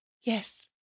Yes